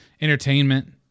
entertainment